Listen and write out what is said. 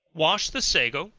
wash, the sago,